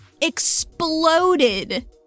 exploded